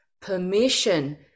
Permission